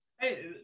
Hey